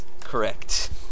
Correct